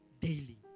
daily